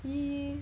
mm